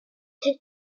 die